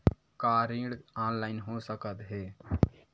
का ऋण ऑनलाइन हो सकत हे?